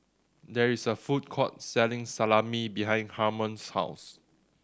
there is a food court selling Salami behind Harmon's house